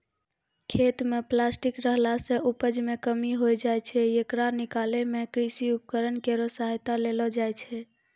खेत म प्लास्टिक रहला सें उपज मे कमी होय जाय छै, येकरा निकालै मे कृषि उपकरण केरो सहायता लेलो जाय छै